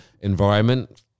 environment